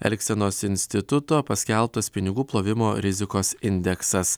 elgsenos instituto paskelbtas pinigų plovimo rizikos indeksas